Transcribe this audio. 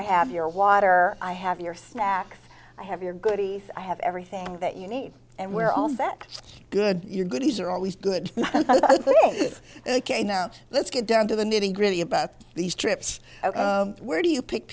i have your water i have your snack i have your goodies i have everything that you need and where all that good your goodies are always good ok now let's get down to the nitty gritty about these trips where do you pick